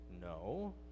No